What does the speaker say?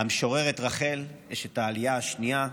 המשוררת רחל, אשת העלייה השנייה,